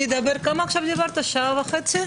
דיברת שעה וחצי?